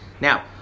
Now